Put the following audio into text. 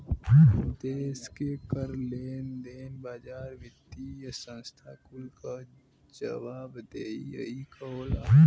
देस के कर, लेन देन, बाजार, वित्तिय संस्था कुल क जवाबदेही यही क होला